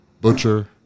Butcher